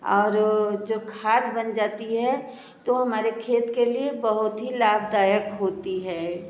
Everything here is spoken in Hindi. और जो खाद बन जाती है तो हमारे खेत के लिए बहुत ही लाभदायक होती है